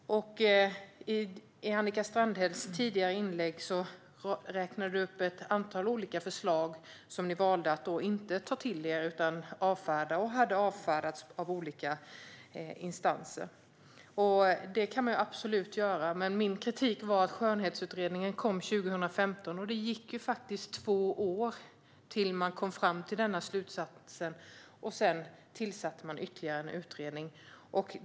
Annika Strandhäll räknade i tidigare inlägg upp ett antal olika förslag som ni valde att inte ta till er utan avfärda, förslag som hade avfärdats av olika instanser. Det kan man absolut göra. Men min kritik var att det faktiskt tog två år från att den så kallade Skönhetsutredningen kom 2015 tills man kom fram till denna slutsats. Sedan tillsatte man ytterligare en utredning.